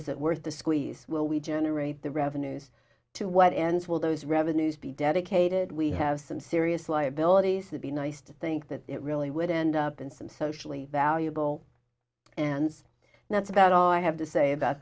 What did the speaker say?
isn't worth the squeeze will we generate the revenues to what and will those revenues be dedicated we have some serious liabilities to be nice to think that it really would end up in some socially valuable and that's about all i have to say that